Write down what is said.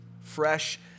fresh